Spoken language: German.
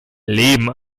leben